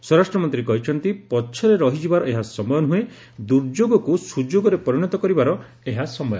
ସ୍ୱରାଷ୍ଟ୍ର ମନ୍ତ୍ରୀ କହିଛନ୍ତି ପଛରେ ରହିଯିବାର ଏହା ସମୟ ନୂହେଁ ଦୂର୍ଯୋଗକ୍ର ସ୍ୱଯୋଗରେ ପରିଣତ କରିବାର ଏହା ସମୟ